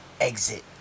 exit